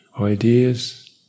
ideas